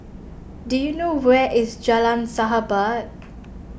do you know where is Jalan Sahabat